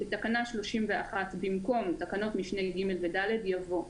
בתקנה 31, במקום תקנות משנה (ג) ו- (ד) יבוא: